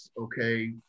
okay